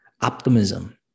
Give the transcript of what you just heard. optimism